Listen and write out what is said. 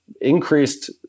increased